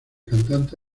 cantante